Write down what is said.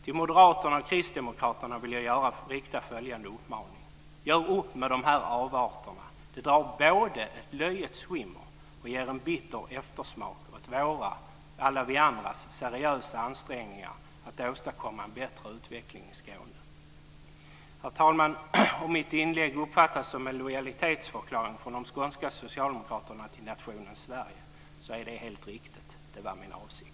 Till Moderaterna och Kristdemokraterna vill jag rikta följande uppmaning: Gör upp med avarterna. Det drar löjets skimmer över och ger en bitter eftersmak åt alla vi andras seriösa ansträngningar att åstadkomma en bättre utveckling i Skåne. Herr talman! Om mitt inlägg uppfattas som en lojalitetsförklaring från de skånska socialdemokraterna till nationen Sverige är det helt riktigt. Det var min avsikt.